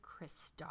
Kristoff